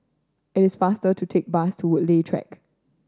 it is faster to take bus to Woodleigh Track